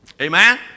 Amen